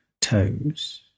toes